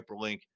hyperlink